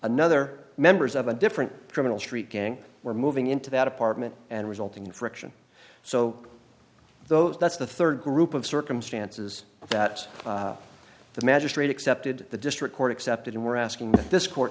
another members of a different criminal street gang were moving into that apartment and resulting in friction so those that's the third group of circumstances that the magistrate accepted the district court accepted and were asking this court